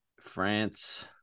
France